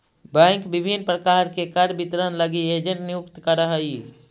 bank विभिन्न प्रकार के कर वितरण लगी एजेंट नियुक्त करऽ हइ